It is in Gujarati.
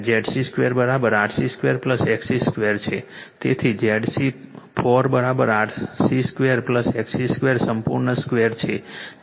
આ 2 છે આ 2 ZC 2 RC 2 XC 2 છે તેથી ZC4 RC2 XC2 સંપૂર્ણ 2 છે